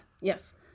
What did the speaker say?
yes